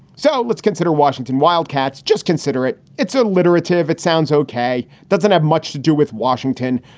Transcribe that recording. so let's consider washington wildcats. just consider it. it's alliterative. it sounds ok. doesn't have much to do with washington.